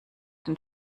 den